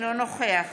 אינו נוכח